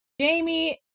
Jamie